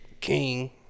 King